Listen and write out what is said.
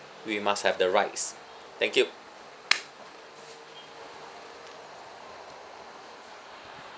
we must have the right thank you